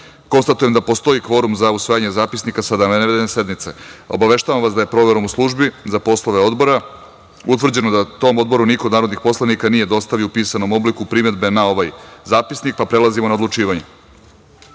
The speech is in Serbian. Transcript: konstatujem da postoji kvorum za usvajanje zapisnika sa navedene sednice. Obaveštavam vas da je proverom u službi za poslove Odbora utvrđeno da tom Odboru niko od narodnih poslanika nije dostavio u pisanom obliku primedbe na ovaj zapisnik, pa prelazimo na odlučivanje. Stavljam